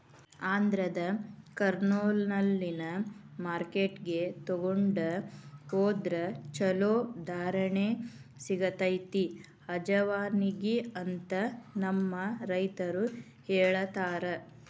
ಆಂಧ್ರದ ಕರ್ನೂಲ್ನಲ್ಲಿನ ಮಾರ್ಕೆಟ್ಗೆ ತೊಗೊಂಡ ಹೊದ್ರ ಚಲೋ ಧಾರಣೆ ಸಿಗತೈತಿ ಅಜವಾನಿಗೆ ಅಂತ ನಮ್ಮ ರೈತರು ಹೇಳತಾರ